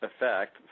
effect